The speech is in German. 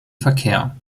verkehr